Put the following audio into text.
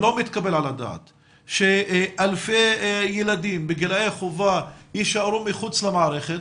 לא מתקבל על הדעת שאלפי ילדים בגילאי חובה יישארו מחוץ למערכת.